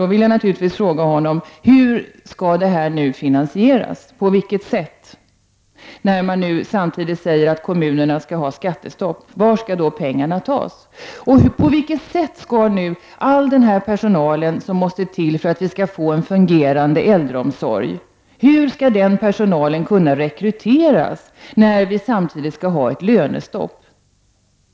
Jag vill ställa följande frågor till honom: Hur skall detta finansieras, när regeringen samtidigt säger att kommunerna skall införa skattestopp? På vilket sätt skall all den personal som behövs för att vi skall få en fungerande äldreomsorg rekryteras när det råder lönestopp?